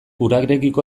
urarekiko